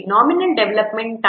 nominal development time 2